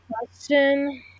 question